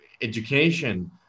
education